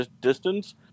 distance